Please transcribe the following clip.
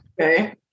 okay